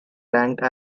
ranked